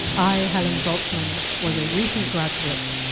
i, helen zaltzman, was a recent graduate.